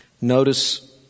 Notice